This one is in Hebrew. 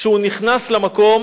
שהוא נכנס למקום